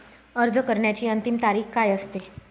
अर्ज करण्याची अंतिम तारीख काय असते?